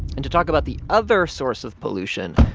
and to talk about the other source of pollution,